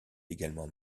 également